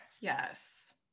Yes